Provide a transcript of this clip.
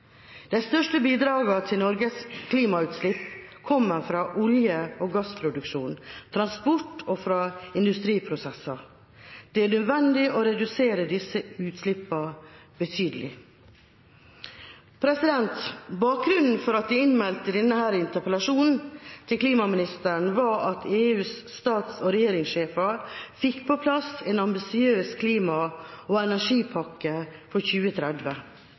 største bidragene til Norges klimagassutslipp kommer fra olje- og gassproduksjon, fra transport og fra industriprosesser. Det er nødvendig å redusere disse utslippene betydelig. Bakgrunnen for at jeg meldte inn denne interpellasjonen til klimaministeren var at EUs stats- og regjeringssjefer fikk på plass en ambisiøs klima- og energipakke for 2030.